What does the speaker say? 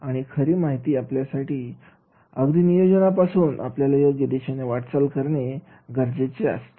आणि खरी माहिती मिळण्यासाठी अगदी नियोजनापासून आपल्याला योग्य दिशेने वाटचाल करणे गरजेचे असते